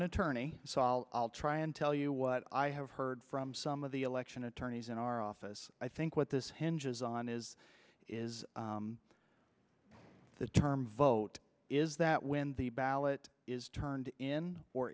an attorney sol i'll try and tell you what i have heard from some of the election attorneys in our office i think what this hinges on is is the term vote is that when the ballot is turned in or